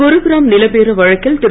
குருகிராம் நில பேர வழக்கில் திரு